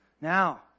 Now